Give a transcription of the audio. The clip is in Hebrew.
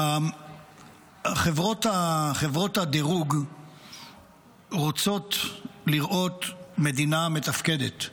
חברות הדירוג רוצות לראות מדינה מתפקדת,